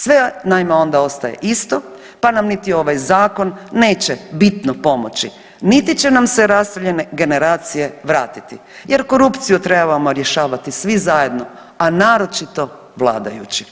Sve naime, onda ostaje isto pa nam niti ovaj Zakon neće bitno pomoći niti će nam se raseljene generacije vratiti jer korupciju trebamo rješavati svi zajedno, a naročito vladajući.